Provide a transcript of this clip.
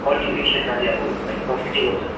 कल्टिभेसनमा चाहिँ अब like profitable छ